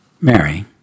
Mary